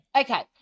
Okay